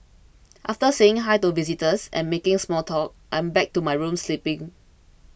after saying Hi to visitors and making small talk I'm back to my room sleeping